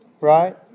Right